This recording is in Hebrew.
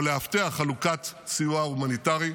או לאבטח, חלוקת סיוע הומניטרי,